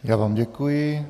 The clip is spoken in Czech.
Já vám děkuji.